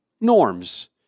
norms